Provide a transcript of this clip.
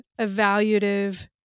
evaluative